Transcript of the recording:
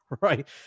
right